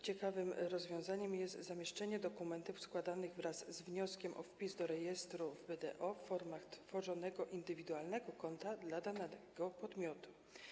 Ciekawym rozwiązaniem jest również zamieszczanie dokumentów składanych wraz z wnioskiem o wpis do rejestru w BDO w ramach tworzonego indywidualnego konta dla danego podmiotu.